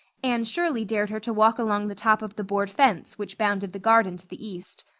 anne shirley dared her to walk along the top of the board fence which bounded the garden to the east.